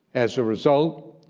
as a result,